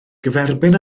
gyferbyn